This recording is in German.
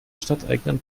stadteigenen